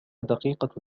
دقيقة